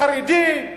החרדים,